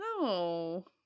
No